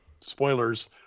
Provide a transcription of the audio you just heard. Spoilers